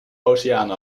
oceaan